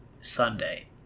Sunday